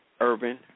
urban